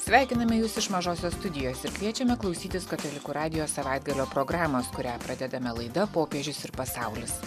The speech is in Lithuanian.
sveikiname jus iš mažosios studijos ir kviečiame klausytis katalikų radijo savaitgalio programos kurią pradedame laida popiežius ir pasaulis